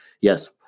yes